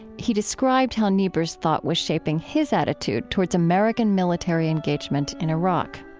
he described how niebuhr's thought was shaping his attitude towards american military engagement in iraq